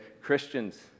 Christians